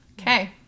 Okay